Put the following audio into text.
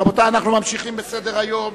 רבותי, אנחנו ממשיכים בסדר-היום.